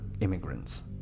immigrants